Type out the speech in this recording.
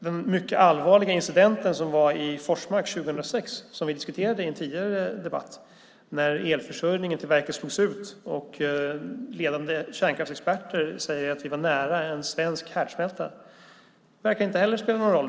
Den mycket allvarliga incidenten i Forsmark 2006, som vi diskuterade i den tidigare debatten, när elförsörjningen till verket slogs ut och där ledande kärnkraftsexperter säger att vi var nära en svensk härdsmälta verkar heller inte spela någon roll.